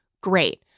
great